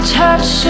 touch